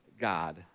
God